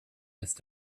ist